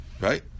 Right